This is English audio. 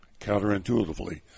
counterintuitively